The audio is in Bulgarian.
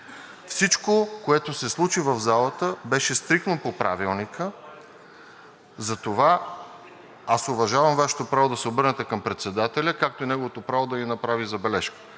Всичко, което се случи в залата, беше стриктно по Правилника. Аз уважавам Вашето право да се обърнете към председателя, както и неговото право да Ви направи забележка,